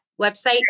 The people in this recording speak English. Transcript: website